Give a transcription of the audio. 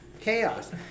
Chaos